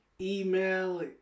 email